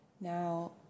Now